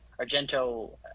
Argento